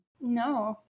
No